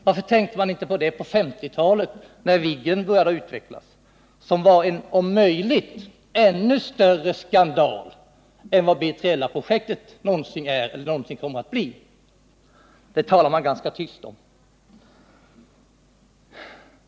Varför tänkte man inte på det på 1950-talet, när Viggen påbörjades, som var en om möjligt ännu större skandal än vad B3LA-projektet någonsin varit eller någonsin kommer att vara? Det talar man ganska tyst om.